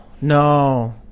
no